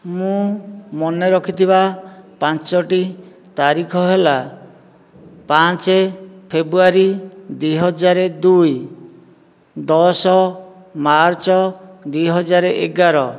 ମୁଁ ମନେ ରଖିଥିବା ପାଞ୍ଚଟି ତାରିଖ ହେଲା ପାଞ୍ଚ ଫେବୃଆରୀ ଦୁଇ ହଜାର ଦୁଇ ଦଶ ମାର୍ଚ୍ଚ ଦୁଇ ହଜାର ଏଗାର